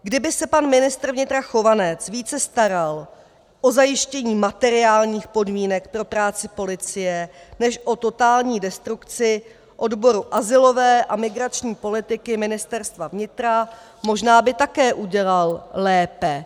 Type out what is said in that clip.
Kdyby se pan ministr vnitra Chovanec více staral o zajištění materiálních podmínek pro práci policie než o totální destrukci odboru azylové a migrační politiky Ministerstva vnitra, možná by také udělal lépe.